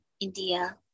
India